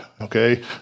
okay